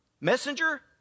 messenger